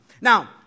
Now